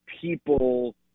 people